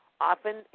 often